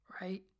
Right